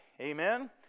Amen